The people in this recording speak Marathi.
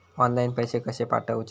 ऑनलाइन पैसे कशे पाठवचे?